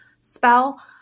spell